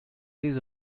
his